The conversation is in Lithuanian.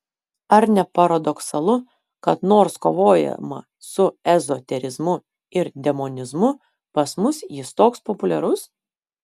ar ne paradoksalu kad nors kovojama su ezoterizmu ir demonizmu pas mus jis toks populiarus